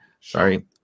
Sorry